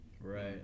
right